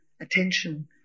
attention